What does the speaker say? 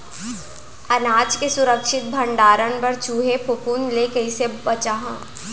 अनाज के सुरक्षित भण्डारण बर चूहे, फफूंद ले कैसे बचाहा?